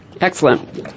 Excellent